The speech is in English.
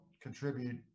contribute